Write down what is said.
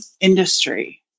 industry